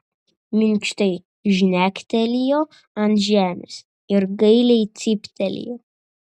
minkštai žnektelėjo ant žemės ir gailiai cyptelėjo